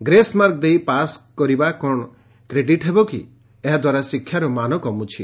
grace mark ଦେଇ pass କରିବା କ'ଶ କ୍ରେଡିଟ୍ ହେବକି ଏହାଦ୍ୱାରା ଶିକ୍ଷାର ମାନ କମୁଛି